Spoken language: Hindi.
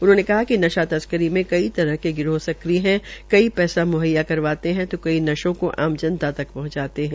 उन्होंने कहा कि नशा तस्करी मे कई तरह के गिरोह सक्रिय है कई पैसा मुहैया करवाते है तो कई नशों को आम जनता तक पहुंचाते है